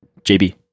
JB